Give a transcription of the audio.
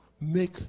make